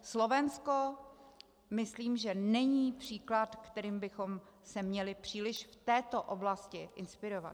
Slovensko myslím není příklad, kterým bychom se měli příliš v této oblasti inspirovat.